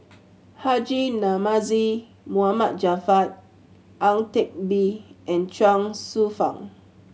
Haji Namazie Mohd Javad Ang Teck Bee and Chuang Hsueh Fang